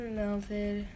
melted